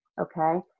okay